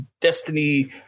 Destiny